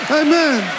amen